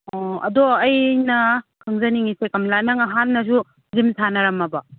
ꯑꯣ ꯑꯗꯣ ꯑꯩꯅ ꯈꯪꯖꯅꯤꯡꯉꯤꯁꯦ ꯀꯝꯂꯥ ꯅꯪ ꯍꯥꯟꯅꯁꯨ ꯖꯤꯝ ꯁꯥꯟꯅꯔꯝꯃꯕꯣ